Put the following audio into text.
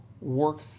work